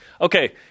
Okay